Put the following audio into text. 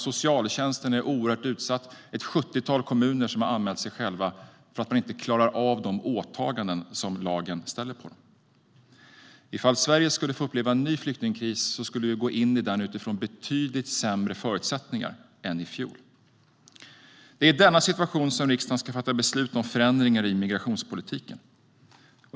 Socialtjänsten är oerhört utsatt; ett sjuttiotal kommuner har anmält sig själva för att de inte klarar av de åtaganden lagen kräver. Ifall Sverige skulle uppleva en ny flyktingkris skulle vi gå in i den med betydligt sämre förutsättningar än i fjol. Det är i denna situation riksdagen ska fatta beslut om förändringar i migrationspolitiken.